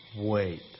wait